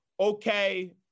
okay